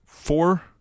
four